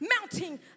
mounting